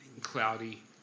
cloudy